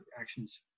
actions